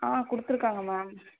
ஆ கொடுத்துருக்காங்க மேம்